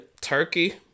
Turkey